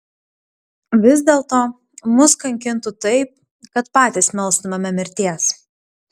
vis dėlto mus kankintų taip kad patys melstumėme mirties